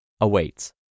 awaits